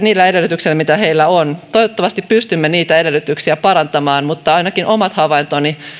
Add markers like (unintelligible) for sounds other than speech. (unintelligible) niillä edellytyksillä mitä heillä on toivottavasti pystymme niitä edellytyksiä parantamaan mutta ainakin omat havaintoni